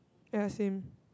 ya same